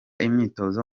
imyitozo